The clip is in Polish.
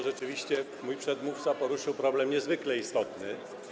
Rzeczywiście mój przedmówca poruszył problem niezwykle istotny.